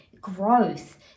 growth